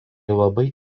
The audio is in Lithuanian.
labai